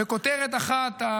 בכותרת אחת,